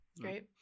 Great